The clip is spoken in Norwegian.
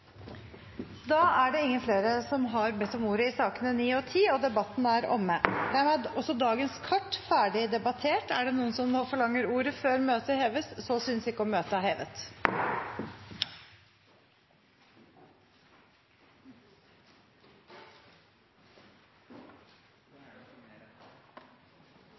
Flere har ikke bedt om ordet til sakene nr. 9 og 10. Dermed er dagens kart ferdig behandlet. Forlanger noen ordet før møtet heves? – Møtet er hevet.